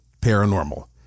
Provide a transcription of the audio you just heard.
paranormal